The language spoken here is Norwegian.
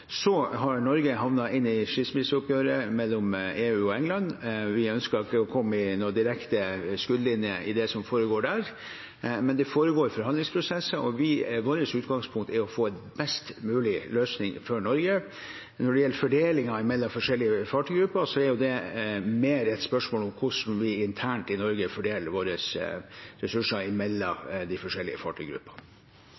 Så har Norge havnet inn i skilsmisseoppgjøret mellom EU og Storbritannia. Vi ønsker ikke å komme i noen direkte skuddlinje i det som foregår der. Men det foregår forhandlingsprosesser, og vårt utgangspunkt er å få en best mulig løsning for Norge. Når det gjelder fordelingen mellom forskjellige fartøygrupper, er det mer et spørsmål om hvordan vi internt i Norge fordeler våre ressurser